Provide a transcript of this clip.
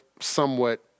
somewhat